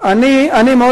אני מאוד